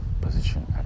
position